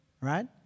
Right